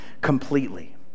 completely